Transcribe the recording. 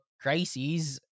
crises